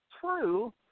true